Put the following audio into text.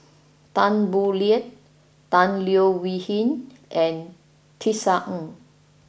Tan Boo Liat Tan Leo Wee Hin and Tisa Ng